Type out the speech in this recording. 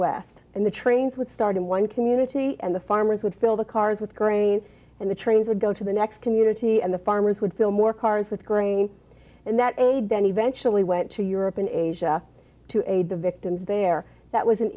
midwest and the trains would start in one community and the farmers would fill the cars with grain and the trains would go to the next community and the farmers would fill more cars with grain and that a dent eventually went to europe and asia to aid the victims there that was an